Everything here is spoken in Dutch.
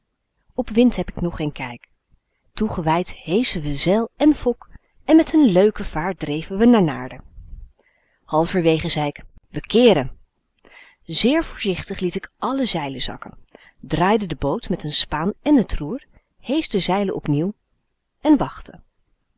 op wind heb k nog geen kijk toegewijd heschen we zeil en fok en met n leuke vaart dreven we naar naarden halverwege zei ik we kééren zeer voorzichtig liet k alle zeilen zakken draaide de boot met n spaan èn t roer heesch de zeilen opnieuw en wachtte